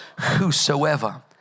Whosoever